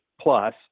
plus